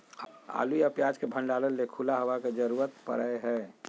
आलू या प्याज के भंडारण ले खुला हवा के जरूरत पड़य हय